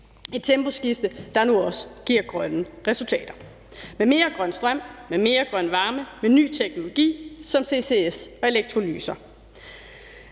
et temposkifte, der nu også giver grønne resultater med mere grøn strøm, mere varme og ny teknologi som ccs og elektrolyse.